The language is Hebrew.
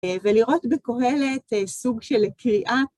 ולראות בקהלת סוג של קריאה.